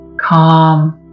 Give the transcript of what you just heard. calm